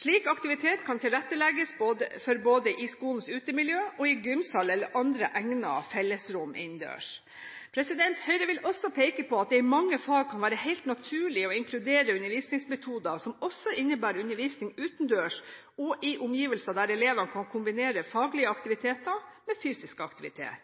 Slik aktivitet kan tilrettelegges både i skolens utemiljø og i gymsaler eller andre egnede fellesrom innendørs. Høyre vil også peke på at det i mange fag kan være helt naturlig å inkludere undervisningsmetoder som også innebærer undervisning utendørs, og i omgivelser der elevene kan kombinere faglige aktiviteter med fysisk aktivitet.